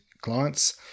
clients